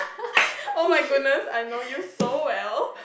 oh my goodness I know you so well